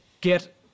get